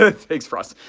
ah thanks for us.